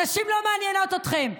הנשים לא מעניינות אתכם.